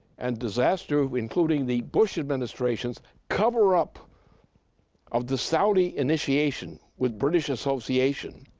and disaster, including the bush administration's cover-up of the saudi initiation with british association